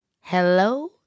Hello